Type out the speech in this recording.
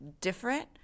different